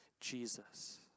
Jesus